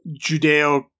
judeo